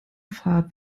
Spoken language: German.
fahrt